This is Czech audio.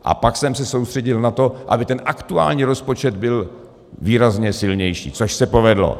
A pak jsem se soustředil na to, aby ten aktuální rozpočet byl výrazně silnější, což se povedlo.